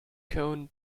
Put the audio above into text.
cone